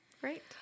Great